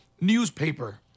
newspaper